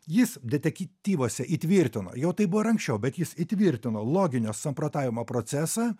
jis detektyvuose įtvirtina jau tai buvo ir anksčiau bet jis įtvirtino loginio samprotavimo procesą